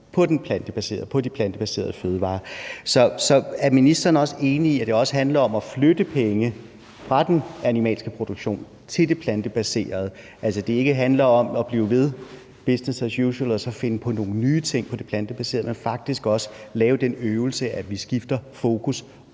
til de plantebaserede fødevarer. Så er ministeren enig i, at det også handler om at flytte penge fra den animalske produktion til det plantebaserede, altså at det ikke handler om at blive ved med business as usual og så finde på nogle nye ting i forhold til det plantebaserede, men faktisk også at lave den øvelse, at vi skifter fokus,